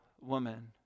woman